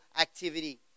activity